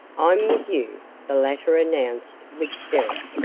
i'm with you, the latter announced with spirit.